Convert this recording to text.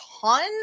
ton